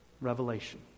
Revelation